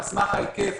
על סמך ההיקף,